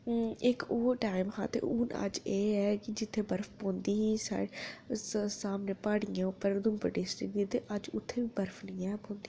इक्क ओह् टाईम हा ते इक्क ऐ टैम ऐ की इत्थें बर्फ पौंदी ही सामनै प्हाड़ियें पर ते अज्ज उधमपुर डिस्टर्रिक्ट च अज्ज उत्थै बी बर्फ निं ऐ पौंदी